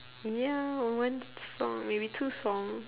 ya one song maybe two song